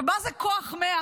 מה זה כוח 100?